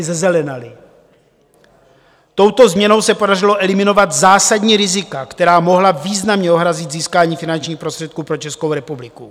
Touto změnou se podařilo eliminovat zásadní rizika, která mohla významně ohrozit získání finančních prostředků pro Českou republiku.